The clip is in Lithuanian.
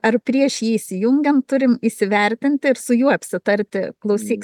ar prieš jį įsijungiant turim įsivertinti ir su juo apsitarti klausyk